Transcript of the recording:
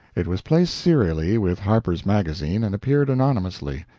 it was placed serially with harper's magazine and appeared anonymously,